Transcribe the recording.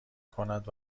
کند